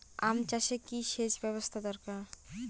আম চাষে কি সেচ ব্যবস্থা দরকার?